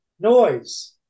noise